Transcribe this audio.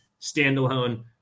standalone